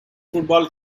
football